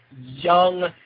young